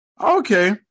Okay